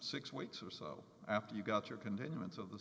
six weeks or so after you got your continuance of the